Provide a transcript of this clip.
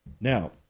Now